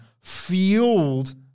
fueled